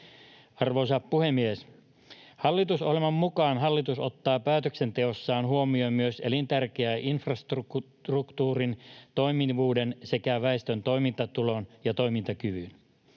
Arvoisa puhemies! Hallitusohjelman mukaan hallitus ottaa päätöksenteossaan huomioon myös elintärkeän infrastruktuurin toimivuuden sekä väestön toimintatulon ja toimintakyvyn.